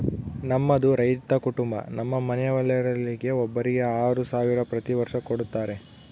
ನಮ್ಮದು ರೈತ ಕುಟುಂಬ ನಮ್ಮ ಮನೆಯವರೆಲ್ಲರಿಗೆ ಒಬ್ಬರಿಗೆ ಆರು ಸಾವಿರ ಪ್ರತಿ ವರ್ಷ ಕೊಡತ್ತಾರೆ